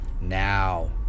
Now